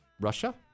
Russia